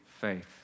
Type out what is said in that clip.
faith